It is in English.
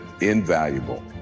invaluable